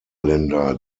länder